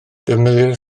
defnyddir